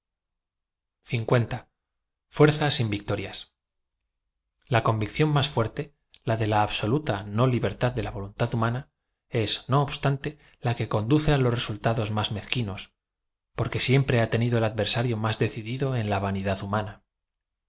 fuerza sin viciorias l a convicción más fuerte la de la absoluta no libortad de la voluntad humana es no obstante la que conduce á los resultados más mezquinos porque siem pre ha tenido el adversario más decidido en la van i dad humana